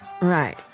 Right